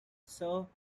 served